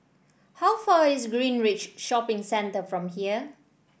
how far is Greenridge Shopping Centre from here